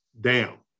down